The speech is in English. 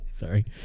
Sorry